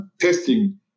testing